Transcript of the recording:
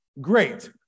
Great